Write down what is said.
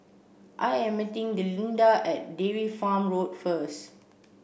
I am meeting Delinda at Dairy Farm Road first